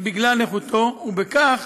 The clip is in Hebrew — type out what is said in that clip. בגלל נכותו, ובכך